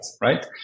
right